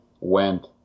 went